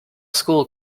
school